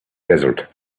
desert